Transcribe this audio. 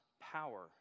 power